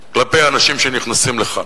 כלפי האנשים שנכנסים לכאן.